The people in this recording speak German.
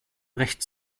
recht